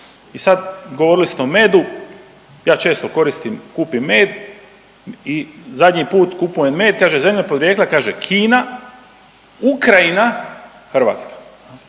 I sad, govorili ste o medu, ja često koristim i kupim med i zadnji put kupujem med, kaže zemlja podrijetla kaže Kina, Ukrajina, Hrvatska.